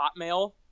Hotmail